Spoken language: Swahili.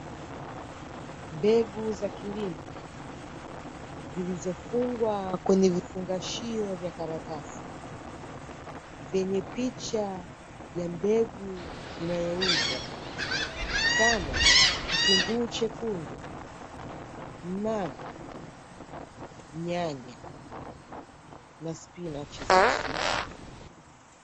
Mbegu za kilimo zilizofungwa kwenye vifungashio vya karatasi vyenye picha ya mbegu inayouzwa kama: kitunguu chekundu, mnavu, nyanya na spinachi za uswizi.